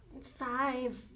five